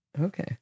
Okay